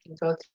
go